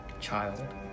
child